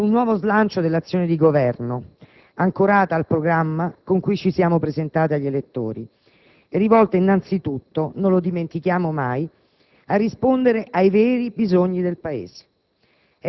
su un nuovo slancio dell'azione di Governo, ancorata al programma con cui ci siamo presentati agli elettori e rivolta innanzi tutto - non lo dimentichiamo mai - a rispondere ai veri bisogni del Paese.